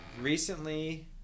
recently